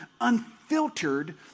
unfiltered